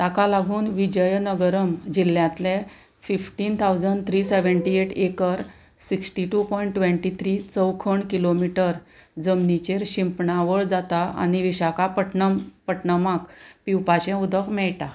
ताका लागून विजयनगरम जिल्ल्यांतले fifteen thousand three seventy eight acre sixty two point twenty three चौखण किलोमिटर जमनीचेर शिंपणावळ जाता आनी विशाकापटनम पटणमाक पिवपाचें उदक मेळटा